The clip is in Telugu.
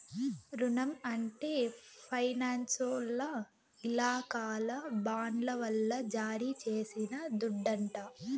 రునం అంటే ఫైనాన్సోల్ల ఇలాకాల బాండ్ల వల్ల జారీ చేసిన దుడ్డంట